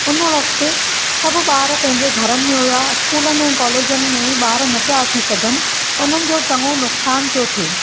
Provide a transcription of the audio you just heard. हुन वक़्तु सभु ॿार पंहिंजे घरनि में हुआ स्कूलनि ऐं कॉलेजनि में ॿारु न पिया अची सघनि उन्हनि जो चङो नुक़सानु पियो थिए